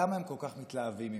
למה הם כל כך מתלהבים ממנה.